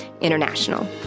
International